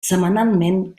setmanalment